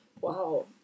Wow